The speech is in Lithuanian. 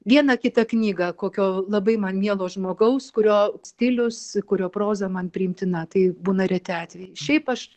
vieną kitą knygą kokio labai man mielo žmogaus kurio stilius kurio proza man priimtina tai būna reti atvejai šiaip aš